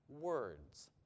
words